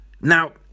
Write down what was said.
Now